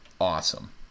awesome